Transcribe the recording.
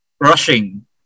rushing